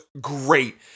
great